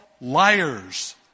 liars